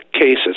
cases